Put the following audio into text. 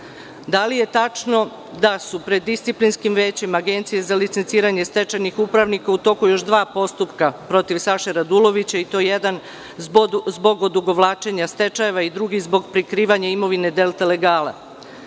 li je tačno da su pred disciplinskim većem agencije za licenciranje stečajnih upravnika u toku još dva postupka protiv Saše Radulovića i to jedan zbog odugovlačenja stečajeva i drugi zbog prikrivanja imovine „Delta legala“?